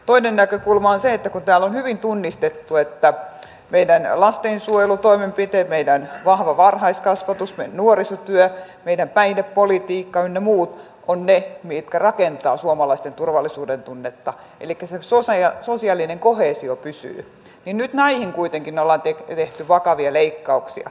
toinen näkökulma on se että kun täällä on hyvin tunnistettu että meidän lastensuojelutoimenpiteet meidän vahva varhaiskasvatus meidän nuorisotyö meidän päihdepolitiikka ynnä muut ovat ne mitkä rakentavat suomalaisten turvallisuudentunnetta elikkä se sosiaalinen koheesio pysyy niin nyt näihin kuitenkin ollaan tehty vakavia leikkauksia